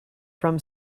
from